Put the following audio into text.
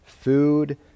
food